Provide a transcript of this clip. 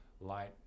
light